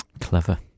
Clever